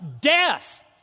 death